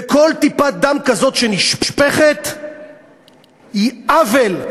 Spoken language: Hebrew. וכל טיפת דם כזאת שנשפכת היא עוול,